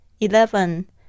Eleven